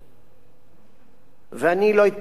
ואני לא התבטאתי בשום פורום